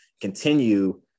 continue